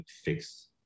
fix